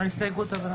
הצבעה אושר.